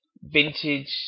vintage